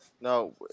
No